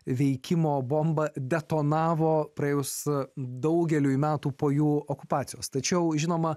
veikimo bomba detonavo praėjus daugeliui metų po jų okupacijos tačiau žinoma